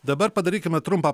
dabar padarykime trumpą